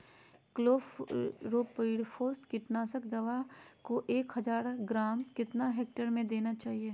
Chlorpyrifos कीटनाशक दवा को एक हज़ार ग्राम कितना हेक्टेयर में देना चाहिए?